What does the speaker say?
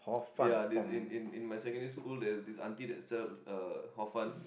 ya this in in in my secondary school there's this aunty that sells uh Hor-Fun